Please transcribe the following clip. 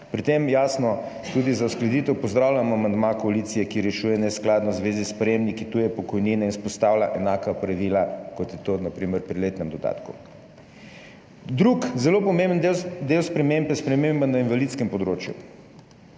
Pri tem za uskladitev, jasno, pozdravljam tudi amandma koalicije, ki rešuje neskladnost v zvezi s prejemniki tuje pokojnine in vzpostavlja enaka pravila, kot je to na primer pri letnem dodatku. Drugi zelo pomemben del sprememb je sprememba na invalidskem področju.